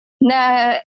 na